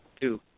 Two